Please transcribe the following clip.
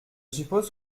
suppose